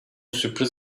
sürpriz